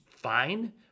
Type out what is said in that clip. fine